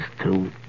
two